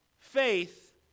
faith